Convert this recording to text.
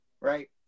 right